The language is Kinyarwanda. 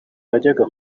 najyaga